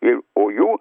ir o jų